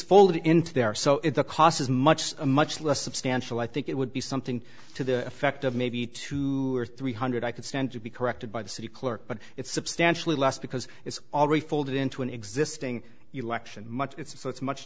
d into there so it's a cost as much a much less substantial i think it would be something to the effect of maybe two or three hundred i could stand to be corrected by the city clerk but it's substantially less because it's already folded into an existing election much it's much